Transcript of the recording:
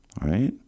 right